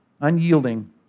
unyielding